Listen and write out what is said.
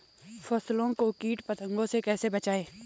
फसल को कीट पतंगों से कैसे बचाएं?